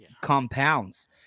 compounds